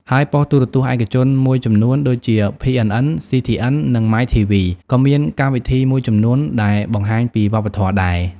ហើយប៉ុស្តិ៍ទូរទស្សន៍ឯកជនមួយចំនួន ដូចជា PNN, CTN, និង MyTV ក៏មានកម្មវិធីមួយចំនួនដែលបង្ហាញពីវប្បធម៌ដែរ។